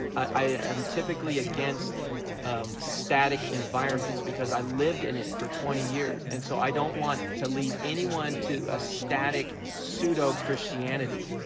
i am typically against static environments because i lived in it for twenty years and so i don't want to lead anyone to a static, pseudo christianity.